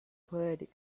poetic